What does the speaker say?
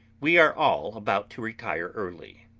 we are all about to retire early.